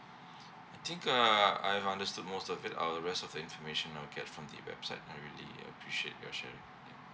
I think err I've understood most of it other rest of information I will get from the website I really appreciate your sharing